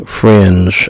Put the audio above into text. friends